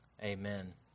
Amen